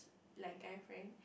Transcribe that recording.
like guy friend